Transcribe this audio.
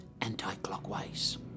anti-clockwise